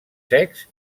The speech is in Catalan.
secs